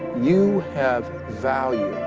you have value.